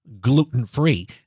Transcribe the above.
gluten-free